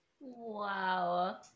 Wow